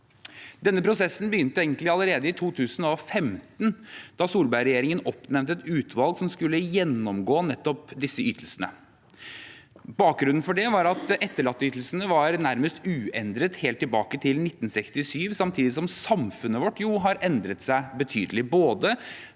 Prosessen begynte egentlig allerede i 2015, da Solberg-regjeringen oppnevnte et utvalg som skulle gjennomgå disse ytelsene. Bakgrunnen for det var at etterlatteytelsene nærmest var uendret helt tilbake til 1967, samtidig som samfunnet vårt har endret seg betydelig, både